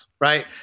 right